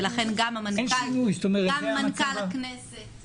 ולכן גם מנכ"ל הכנסת